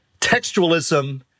textualism